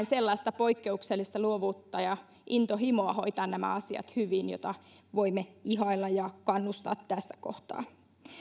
sellaista poikkeuksellista luovuutta ja intohimoa hoitaa nämä asiat hyvin jota voimme ihailla ja kannustaa tässä kohtaa